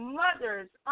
mother's